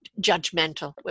judgmental